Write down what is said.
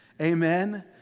Amen